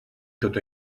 tot